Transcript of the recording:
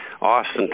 Austin